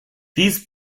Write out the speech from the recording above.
these